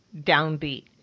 downbeat